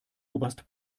oberst